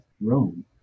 rome